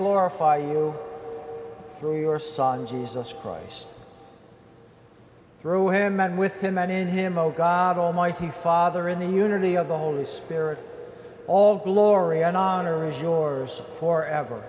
glorify you through your son jesus christ through him and with him and in him oh god almighty father in the unity of the holy spirit all glory and honor is yours for ever